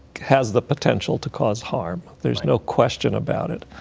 has the potential to cause harm. there's no question about it.